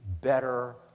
better